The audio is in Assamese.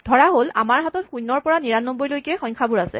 ধৰাহ'ল আমাৰ হাতত ০ ৰ পৰা ৯৯ লৈকে সংখ্যাবোৰ আছে